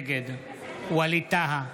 נגד ווליד טאהא,